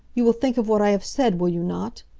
you will think of what i have said, will you not?